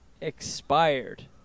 expired